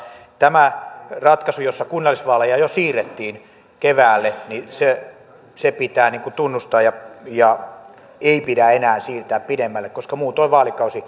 ja tämä ratkaisu jossa kunnallisvaaleja jo siirrettiin keväälle pitää tunnustaa ja ei pidä enää siirtää pidemmälle koska muutoin vaalikausi lisääntyisi neljänneksellä